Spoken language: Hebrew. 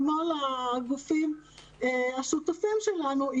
כמו לגופים השותפים שלנו,